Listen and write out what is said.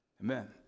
Amen